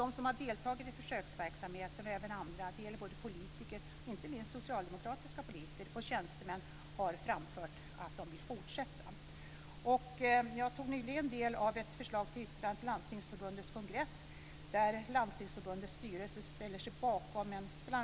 De som har deltagit i försöksverksamheten och även andra, t.ex. både politiker - inte minst socialdemokratiska politiker - och tjänstemän, har framfört att de vill fortsätta. Jag tog nyligen del av ett förslag till yttrande till Landstingsförbundets kongress. Det gäller en motion om FINSAM.